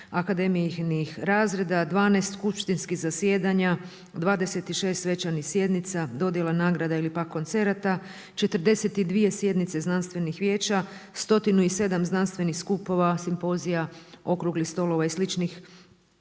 akademijinih razreda, 12 skupštinskih zasjedanja, 26 svečanih sjednica, dodjela nagrada ili pak koncerata, 42 sjednice znanstvenih vijeća, 107 znanstvenih skupova, simpozija, okruglih stolova i